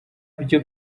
byo